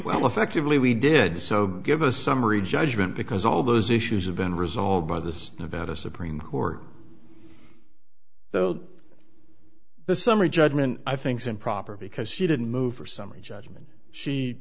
well effectively we did so give us summary judgment because all those issues have been resolved by this nevada supreme court so this summary judgment i think is improper because she didn't move for summary judgment she